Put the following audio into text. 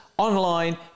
online